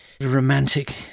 romantic